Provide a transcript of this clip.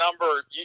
number